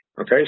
okay